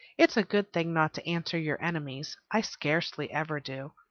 it's a good thing not to answer your enemies. i scarcely ever do.